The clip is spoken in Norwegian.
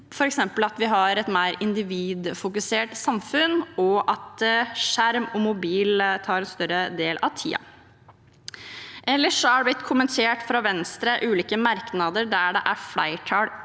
f.eks. at vi har et mer individfokusert samfunn, og at skjerm og mobil tar en større del av tiden. Ellers har Venstre kommentert at det i ulike merknader er flertall